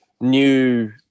new